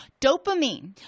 Dopamine